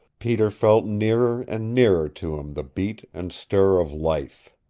peter felt nearer and nearer to him the beat and stir of life.